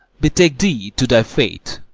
betake thee to thy faith,